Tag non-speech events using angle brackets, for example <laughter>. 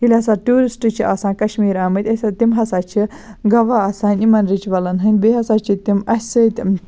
ییٚلہِ ہسا ٹیوٗرِسٹ چھِ آسان کَشمیٖر آمٕتۍ أسۍ <unintelligible> تِم ہسا چھِ گَوا آسان یِمَن رِچوَلَن ہٕنٛدۍ بیٚیہِ ہسا چھِ تِم اَسہِ سۭتۍ